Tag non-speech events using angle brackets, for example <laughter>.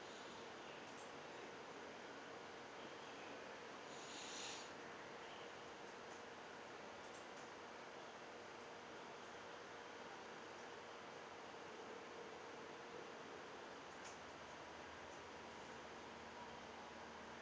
<breath>